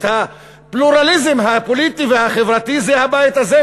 את הפלורליזם הפוליטי והחברתי זה הבית הזה,